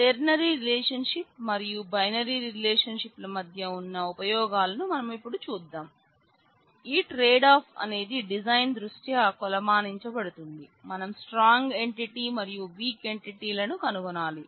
ternary relationship లను కనుగొనాలి